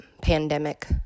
pandemic